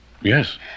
Yes